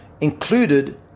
Included